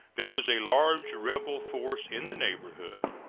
there was a large rebel force in the neighborhood,